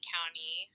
County